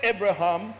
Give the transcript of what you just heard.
Abraham